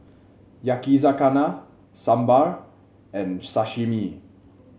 Yakizakana Sambar and Sashimi